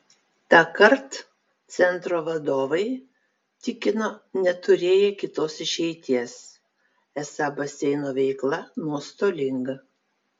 tąkart centro vadovai tikino neturėję kitos išeities esą baseino veikla nuostolinga